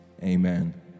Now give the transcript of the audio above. Amen